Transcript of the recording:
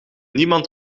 niemand